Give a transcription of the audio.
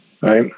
Right